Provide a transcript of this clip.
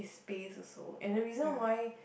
is pays also and the reason why